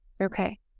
Okay